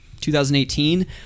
2018